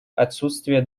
отсутствие